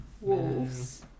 wolves